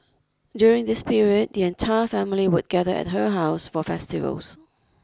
during this period the entire family would gather at her house for festivals